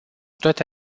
toate